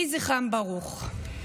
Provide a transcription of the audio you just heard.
יהי זכרם ברוך.